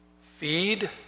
feed